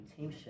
teamship